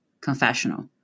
confessional